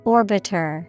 Orbiter